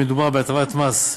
מאחר שמדובר בהטבת מס,